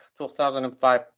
2005